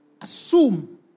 assume